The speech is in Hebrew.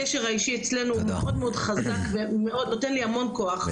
הקשר האישי אצלנו הוא מאוד מאוד חזק ונותן לי המון כוח,